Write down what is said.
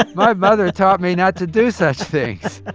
my mother taught me not to do such things